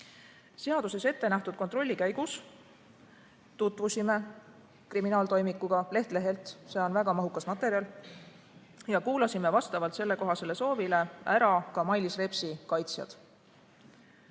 Seaduses ettenähtud kontrolli käigus tutvusime kriminaaltoimikuga leht-lehelt – see on väga mahukas materjal – ja kuulasime vastavalt sellekohasele soovile ära ka Mailis Repsi kaitsjad.